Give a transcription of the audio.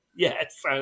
Yes